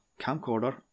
camcorder